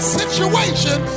situation